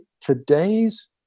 today's